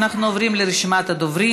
אנחנו עוברים לרשימת הדוברים.